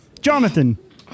Jonathan